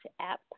app